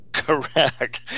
Correct